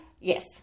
yes